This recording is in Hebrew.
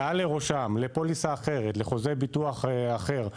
מעל לראשם, לפוליסה אחרת, לחוזה ביטוח אחר,